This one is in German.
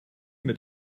mit